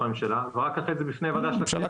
הממשלה ורק אחרי זה בפני הוועדה של הכנסת.